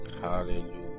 hallelujah